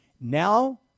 Now